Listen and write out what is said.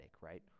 right